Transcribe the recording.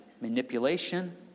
manipulation